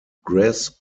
grass